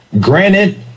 Granted